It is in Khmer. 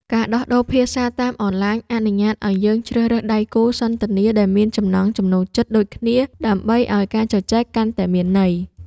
ការដោះដូរភាសាតាមអនឡាញអនុញ្ញាតឱ្យយើងជ្រើសរើសដៃគូសន្ទនាដែលមានចំណង់ចំណូលចិត្តដូចគ្នា ដើម្បីឱ្យការជជែកកាន់តែមានន័យ។